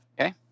Okay